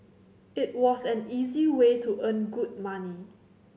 it was an easy way to earn good money